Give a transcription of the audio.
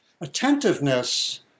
attentiveness